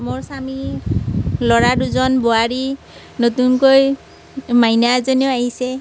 মোৰ স্বামী ল'ৰা দুজন বোৱাৰী নতুনকৈ মাইনা এজনীও আহিছে